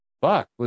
fuck